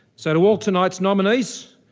so to all tonight's nominees,